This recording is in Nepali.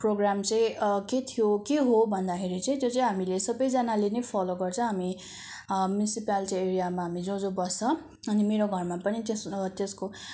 प्रोग्राम चाहिँ के थियो के हो भन्दाखेरि चाहिँ त्यो हामीले सबैजनाले नै फलो गर्छ हामी म्युनिसिपालिटी एरियामा जो जो बस्छ अनि मेरो घरमा पनि त्यस त्यसको